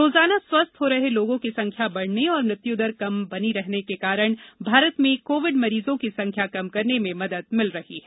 रोजाना स्वस्थ हो रहे लोगों की संख्या बढ़ने और मृत्युदर कम बनी रहने के कारण भारत में कोविड मरीजों की संख्या कम करने में मदद मिल रही है